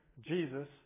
Jesus